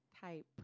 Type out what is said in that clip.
type